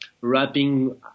wrapping